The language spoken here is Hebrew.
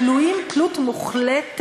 תלויים תלות מוחלטת